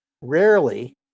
Rarely